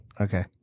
Okay